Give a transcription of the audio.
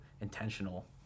intentional